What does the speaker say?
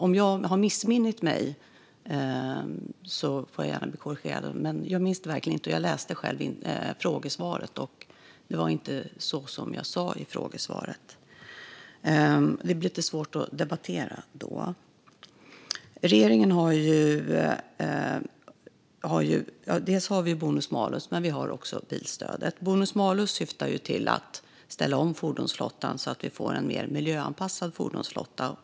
Om jag har missmint mig blir jag gärna korrigerad, men jag minns verkligen inte. Och jag har läst frågesvaret, och det var inte så jag skrev i frågesvaret. Det blir lite svårt att debattera då. Dels finns bonus-malus, dels finns bilstödet. Bonus-malus syftar till att ställa om fordonsflottan så att den ska bli en mer miljöanpassad fordonsflotta.